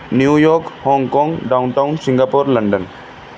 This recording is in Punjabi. New York Hong Kong downtown Singapore London